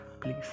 Please